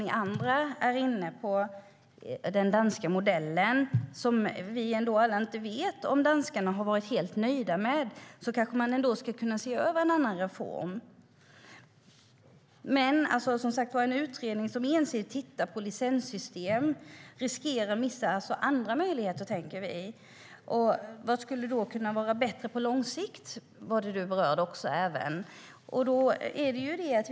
Ni andra är inne på den danska modellen, som vi inte vet om danskarna har varit helt nöjda med - man kanske ändå kan se över en annan reform. Rickard Nordin berörde vad som skulle kunna vara bättre på lång sikt.